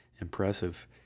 Impressive